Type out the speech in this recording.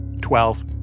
Twelve